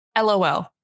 LOL